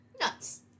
Nuts